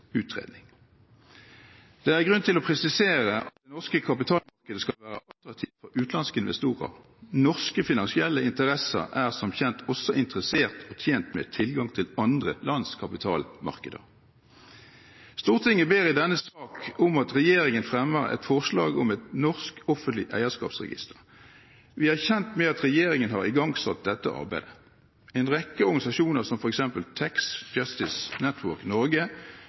utredning. Det er grunn til å presisere at norske kapitalmarkeder skal være attraktive for utenlandske investorer. Norske finansielle interesser er som kjent også interessert i og tjent med tilgang til andre lands kapitalmarkeder. Stortinget ber i denne sak om at regjeringen fremmer et forslag om et norsk offentlig eierskapsregister. Vi er kjent med at regjeringen har igangsatt dette arbeidet. En rekke organisasjoner, som f.eks. Tax Justice Network – Norge,